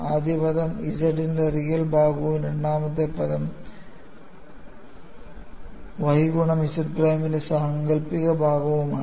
ആദ്യ പദം Z ന്റെ റിയൽ ഭാഗവും രണ്ടാമത്തെ പദം y ഗുണം Z പ്രൈമിന്റെ സാങ്കൽപ്പിക ഭാഗവുമാണ്